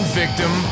victim